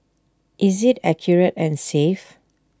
is IT accurate and safe